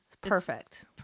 perfect